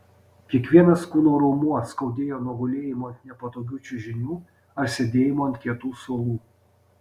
kiekvienas kūno raumuo skaudėjo nuo gulėjimo ant nepatogių čiužinių ar sėdėjimo ant kietų suolų